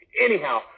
Anyhow